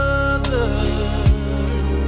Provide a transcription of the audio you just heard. others